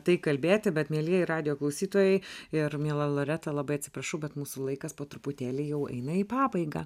tai kalbėti bet mielieji radijo klausytojai ir miela loreta labai atsiprašau bet mūsų laikas po truputėlį jau eina į pabaigą